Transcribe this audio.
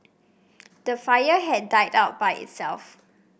the fire had died out by itself